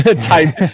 type